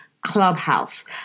Clubhouse